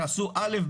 תעשו א',